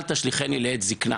אל תשליכני לעת זקנה,